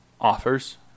offers